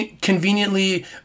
conveniently